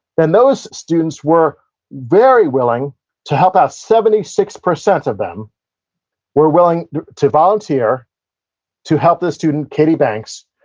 then those students were very willing to help out. seventy six percent of them were willing to volunteer to help this student, katie banks,